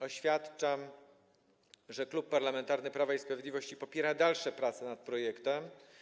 Oświadczam, że Klub Parlamentarny Prawo i Sprawiedliwość popiera dalsze prace nad projektem.